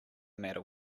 matter